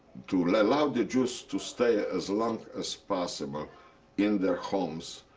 to allow the jews to stay as long as possible in their homes.